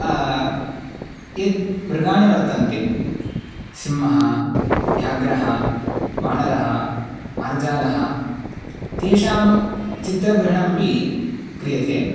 यत् मृगानि वर्तन्ते सिंहः व्याघ्रः वानरः मार्जालः तेषां चित्रग्रहणमपि क्रियते